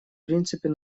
принципы